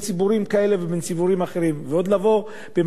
ועוד לבוא למקום כמו "יד ושם" לעשות את זה,